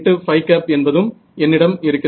rஎன்பதும் என்னிடம் இருக்கிறது